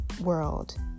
world